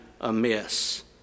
amiss